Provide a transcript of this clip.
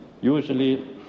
Usually